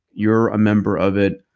you're a member of it.